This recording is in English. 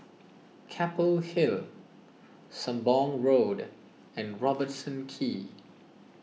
Keppel Hill Sembong Road and Robertson Quay